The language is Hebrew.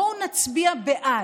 בואו נצביע בעד.